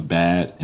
bad